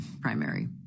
primary